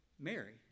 Mary